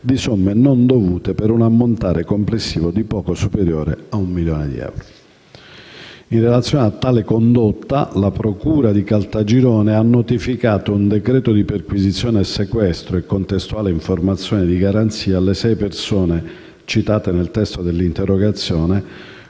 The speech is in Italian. di somme non dovute per un ammontare complessivo di poco superiore ad un milione di euro. In relazione a tale condotta, la procura di Caltagirone ha notificato un decreto di perquisizione e sequestro e contestuale informazione di garanzia alle sei persone citate nel testo dell'interrogazione,